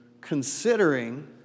considering